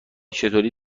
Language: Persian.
چطوری